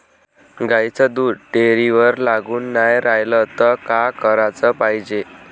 गाईचं दूध डेअरीवर लागून नाई रायलं त का कराच पायजे?